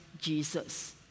Jesus